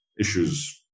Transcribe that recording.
issues